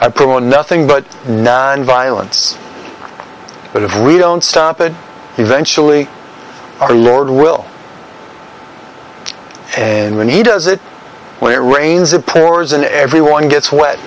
pour nothing but nonviolence but if we don't stop it eventually our lord will and when he does it when it rains it pours and everyone gets w